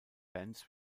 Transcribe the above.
bands